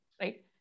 right